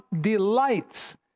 delights